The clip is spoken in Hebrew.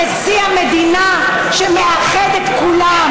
נשיא המדינה, שמאחד את כולם.